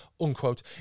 unquote